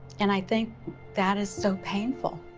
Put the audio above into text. and i think that is so painful.